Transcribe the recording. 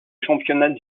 championnat